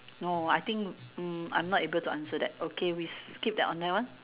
no I think mm I'm not able to answer that okay we skip that on that one